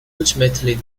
ultimately